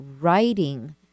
writing